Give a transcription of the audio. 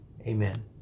Amen